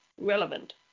relevant